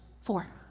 four